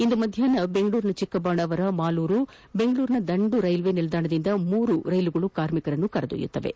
ಇಂದು ಅಪರಾಹ್ನ ಬೆಂಗಳೂರಿನ ಚಿಕ್ಕಬಾಣಾವರ ಮಾಲೂರು ಬೆಂಗಳೂರಿನ ದಂಡು ರೈಲ್ಲೆ ನಿಲ್ದಾಣದಿಂದ ಮೂರು ಶ್ರಮಿಕ್ ರೈಲುಗಳು ಕಾರ್ಮಿಕರನ್ನು ಕರೆದೊಯ್ಯುತ್ತಿವೆ